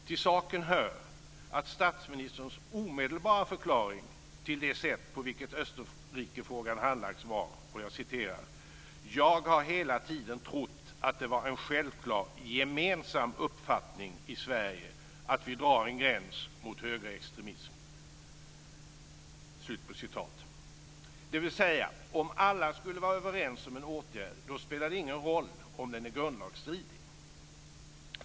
Till saken hör att statsministerns omedelbara förklaring till det sätt på vilket Österrikefrågan handlagts var: "Jag har hela tiden trott att det var en självklar gemensam uppfattning i Sverige att vi drar en gräns mot högerextremism." - dvs. om alla är överens om en åtgärd spelar det ingen roll att den är grundlagsstridig.